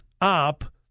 up